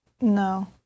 No